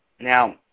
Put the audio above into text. Now